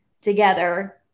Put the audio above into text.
together